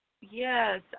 Yes